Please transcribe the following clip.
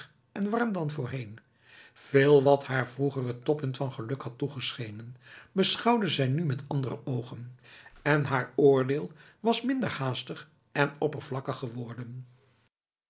en warm dan voorheen veel wat haar vroeger het toppunt van geluk had toegeschenen beschouwde zij nu met andere oogen en haar oordeel was minder haastig en oppervlakkig geworden